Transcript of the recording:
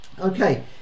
okay